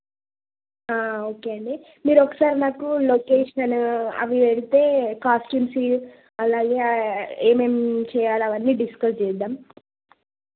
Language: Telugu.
ఓకే అండి మీరు ఒకసారి నాకు లొకేషన్ అనే అవి పెడితే కాస్ట్యూమ్స్ అలాగే ఏమేమి చేయాలి అవన్నీ డిస్కస్ చేద్దాం